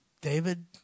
David